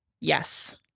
Yes